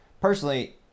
Personally